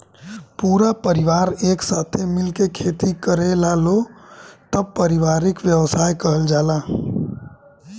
पूरा परिवार एक साथे मिल के खेती करेलालो तब पारिवारिक व्यवसाय कहल जाला